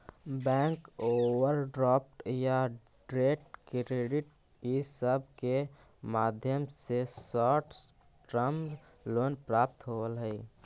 bank overdraft या trade credit इ सब के माध्यम से शॉर्ट टर्म लोन प्राप्त होवऽ हई